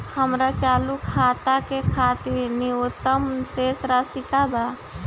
हमार चालू खाता के खातिर न्यूनतम शेष राशि का बा?